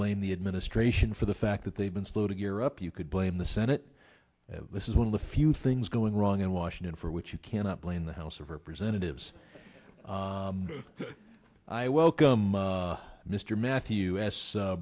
blame the administration for the fact that they've been slow to gear up you could blame the senate this is one of the few things going wrong in washington for which you cannot blame the house of representatives i welcome mr matthew s